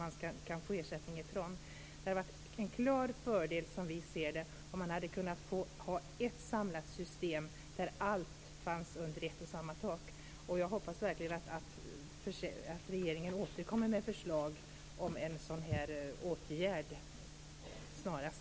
Det hade som vi ser det varit en klar fördel om man hade kunnat ha ett samlat system där allt fanns under ett och samma tak, och jag hoppas verkligen att regeringen återkommer med förslag om en sådan här åtgärd snarast.